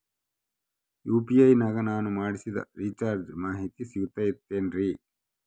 UPI ನಾಗ ನಾನು ಮಾಡಿಸಿದ ರಿಚಾರ್ಜ್ ಮಾಹಿತಿ ಸಿಗುತೈತೇನ್ರಿ?